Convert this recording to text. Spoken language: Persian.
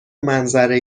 منظره